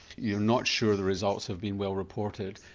you're not sure the results have been well reported,